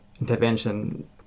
intervention